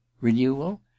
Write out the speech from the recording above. Renewal